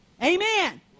Amen